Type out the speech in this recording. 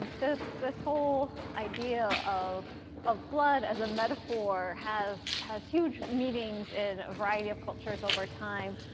this this whole idea of of blood as a metaphor has has huge meanings in a variety of cultures over time.